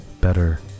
better